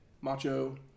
Macho